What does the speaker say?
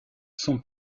son